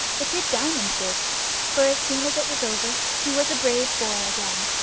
it did diamond good for as soon as it was over he was a brave boy again.